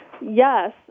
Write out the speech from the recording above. Yes